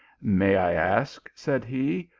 may i ask, said he,